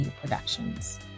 Productions